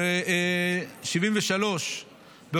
באוקטובר 73',